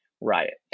riot